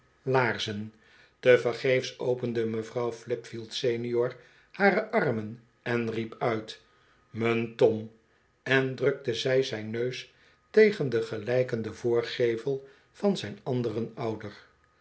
tevergeefs opende mevrouw flipfield senior hare armen en riep uit m'n tom en drukte zj zijn neus tegen den gelijkenden voorgevel van zijn anderen ouder